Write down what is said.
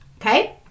okay